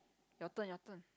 your turn your turn